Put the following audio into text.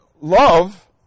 love